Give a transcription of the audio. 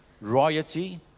royalty